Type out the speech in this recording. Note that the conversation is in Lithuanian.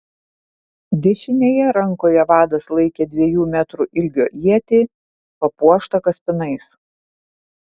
dešinėje rankoje vadas laikė dviejų metrų ilgio ietį papuoštą kaspinais